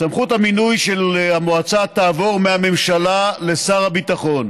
סמכות המינוי של המועצה תעבור מהממשלה לשר הביטחון,